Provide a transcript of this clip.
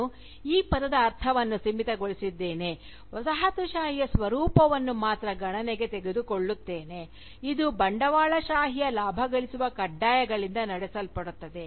ನಾನು ಈ ಪದದ ಅರ್ಥವನ್ನು ಸೀಮಿತಗೊಳಿಸಿದ್ದೇನೆ ವಸಾಹತುಶಾಹಿಯ ಸ್ವರೂಪವನ್ನು ಮಾತ್ರ ಗಣನೆಗೆ ತೆಗೆದುಕೊಳ್ಳುತ್ತೇನೆ ಇದು ಬಂಡವಾಳಶಾಹಿಯ ಲಾಭಗಳಿಸುವ ಕಡ್ಡಾಯಗಳಿಂದ ನಡೆಸಲ್ಪಡುತ್ತದೆ